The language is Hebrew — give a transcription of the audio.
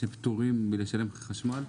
שפטורים מלשלם חשמל.